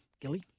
Gilly